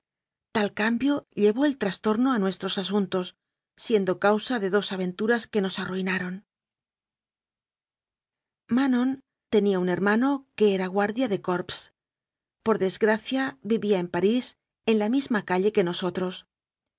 tal cambio llevó el trastorno a nuestros asuntos siendo causa de dos aventuras que nos arruinaron manon tenía un hermano que era guardia de corps por desgracia vivía en parís en la misma calle que nosotros